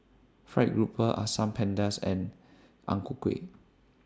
Fried Grouper Asam Pedas and Ang Ku Kueh